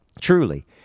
Truly